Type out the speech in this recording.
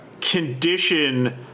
Condition